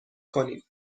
کنیم